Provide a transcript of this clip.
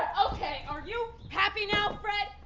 ok, are you happy now, fred?